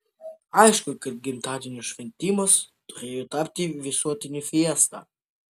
aišku kad gimtadienio šventimas turėjo tapti visuotine fiesta